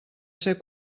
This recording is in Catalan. ser